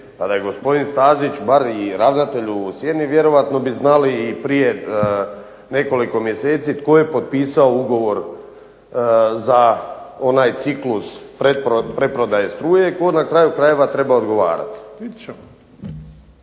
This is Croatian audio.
Pa da je gospodin Stazić bar i ravnatelj u sjeni vjerojatno bi znali i prije nekoliko mjeseci tko je potpisao ugovor za onaj ciklus preprodaje struje i tko na kraju krajeva treba odgovarati.